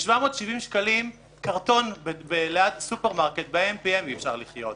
ב-770 שקלים בקרטון ליד הסופרמרקט ב-AM/PM אי אפשר לחיות.